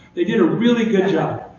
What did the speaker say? they did a really good job.